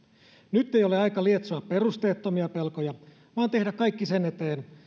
nyt ei ole aika lietsoa perusteettomia pelkoja vaan tehdä kaikki sen eteen